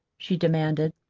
she demanded,